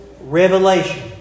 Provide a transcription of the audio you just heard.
revelation